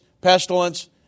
pestilence